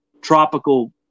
tropical